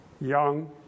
young